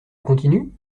continue